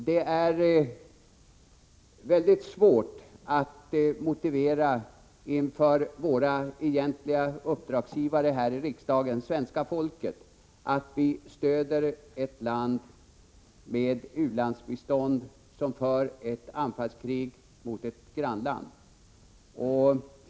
Det är mycket svårt att inför våra egentliga uppdragsgivare, svenska folket, motivera att vi här i riksdagen med u-landsbistånd stöder ett land som för anfallskrig mot ett grannland.